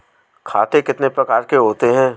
खाते कितने प्रकार के होते हैं?